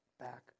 back